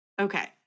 Okay